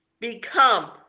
become